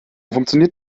funktioniert